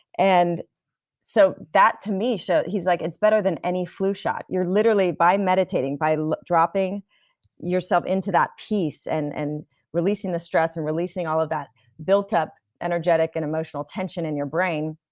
and so that to me show. he's like, it's better than any flu shot. you're literally, by meditating, by dropping yourself into that peace and and releasing the stress and releasing all of that built up energetic and emotional tension in your brain,